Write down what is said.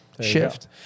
shift